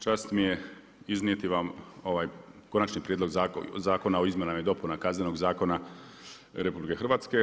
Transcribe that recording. Čast mi je iznijeti vam ovaj Konačni prijedlog Zakona o izmjenama i dopunama Kaznenog zakona RH.